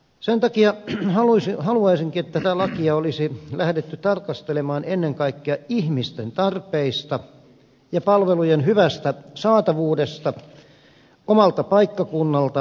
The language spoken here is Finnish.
sen takia haluaisinkin että tätä lakia olisi lähdetty tarkastelemaan ennen kaikkea ihmisten tarpeista ja palvelujen hyvästä saatavuudesta omalta paikkakunnalta lähipalveluina